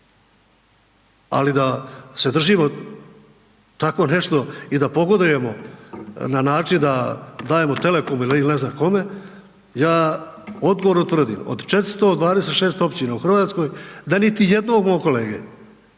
ali da se držimo tako nešto i da pogodujemo na način da dajemo telekomu ili ne znam kome, ja odgovorno tvrdim, od 426 općina u RH, da niti jednog mog kolege,